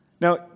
Now